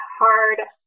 hard